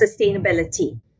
sustainability